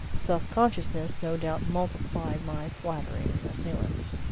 self-consciousness no doubt multiplied my flattering assailants.